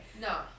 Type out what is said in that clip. no